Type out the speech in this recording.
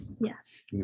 Yes